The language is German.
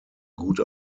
gute